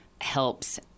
helps